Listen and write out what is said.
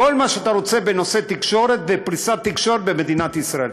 כל מה שאתה רוצה בנושא תקשורת ופריסת תקשורת במדינת ישראל.